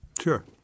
Sure